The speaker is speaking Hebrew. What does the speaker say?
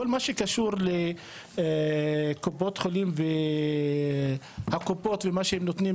כל מה שקשור לקופות חולים והשירותים שהן נותנות